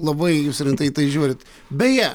labai rimtai į tai žiūrit beje